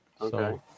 Okay